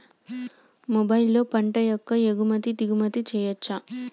మొబైల్లో పంట యొక్క ఎగుమతి దిగుమతి చెయ్యచ్చా?